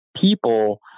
people